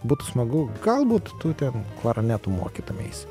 būtų smagu galbūt tu ten klarnetu mokytumeisi